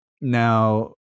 now